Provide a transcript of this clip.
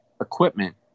equipment